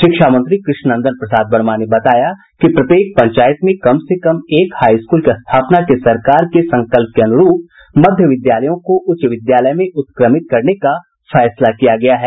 शिक्षा मंत्री कृष्ण नंदन प्रसाद वर्मा ने बताया कि प्रत्येक पंचायत में कम से कम एक हाई स्कूल की स्थापना के सरकार के संकल्प के अनुरूप मध्य विद्यालयों को उच्च विद्यालय में उत्क्रमित करने का फैसला किया गया है